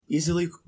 Easily